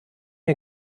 mir